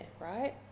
right